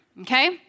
okay